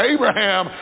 Abraham